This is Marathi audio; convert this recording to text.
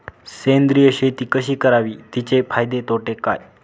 सेंद्रिय शेती कशी करावी? तिचे फायदे तोटे काय?